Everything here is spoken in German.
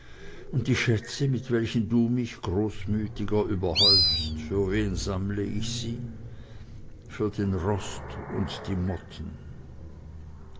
und die schätze mit welchen du mich großmütiger überhäufst für wen sammle ich sie für den rost und die motten